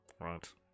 Right